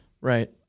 Right